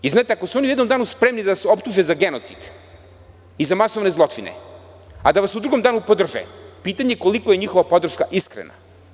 Jer, znate, ako su oni u jednom danu spremni da vas optuže za genocid i za masovne zločine a da vas u drugom danu podrže, pitanje je koliko je njihova podrška iskrena.